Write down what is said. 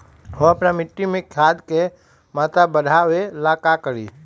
हम अपना मिट्टी में खाद के मात्रा बढ़ा वे ला का करी?